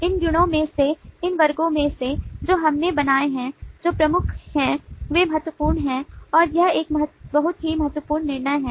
इन समूहों में से इन वर्गों में से जो हमने बनाए हैं जो प्रमुख हैं वे महत्वपूर्ण हैं और यह एक बहुत ही महत्वपूर्ण निर्णय है